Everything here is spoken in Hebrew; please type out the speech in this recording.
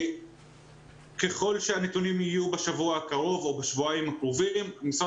אם הנתונים יהיו בשבוע או בשבועיים הקרובים משרד